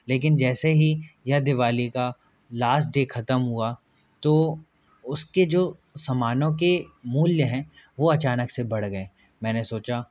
लेकिन जैसे ही यह दिवाली का लास्ट डे ख़त्म हुआ तो उसके जो समानों के मूल्य हैं वो अचानक से बढ़ गए मैंने सोचा